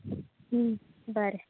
बरें